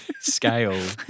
scale